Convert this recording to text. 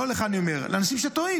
לא לך אני אומר, אלא לאנשים שטועים.